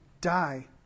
die